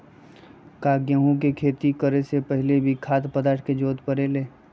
का गेहूं के खेती करे से पहले भी खाद्य पदार्थ के जरूरी परे ले?